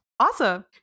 Awesome